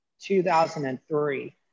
2003